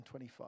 25